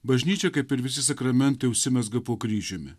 bažnyčia kaip ir visi sakramentai užsimezga po kryžiumi